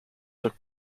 took